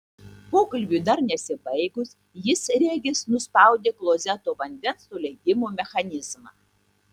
pokalbiui dar nesibaigus jis regis nuspaudė klozeto vandens nuleidimo mechanizmą